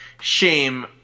shame